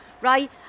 right